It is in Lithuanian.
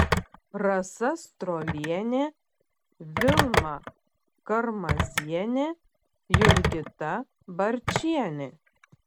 rasa strolienė vilma karmazienė jurgita barčienė